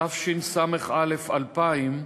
התשס"א 2000,